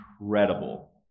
incredible